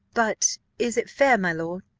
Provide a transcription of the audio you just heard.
but is it fair, my lord,